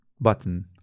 button